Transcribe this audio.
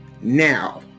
now